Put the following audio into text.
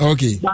Okay